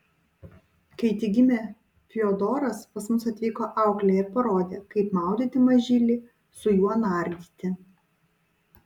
kai tik gimė fiodoras pas mus atvyko auklė ir parodė kaip maudyti mažylį su juo nardyti